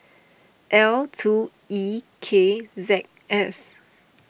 L two E K Z S